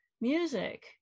music